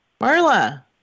Marla